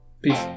peace